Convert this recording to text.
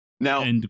Now